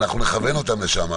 ואנחנו נכוון אותם לשם.